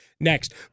Next